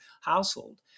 household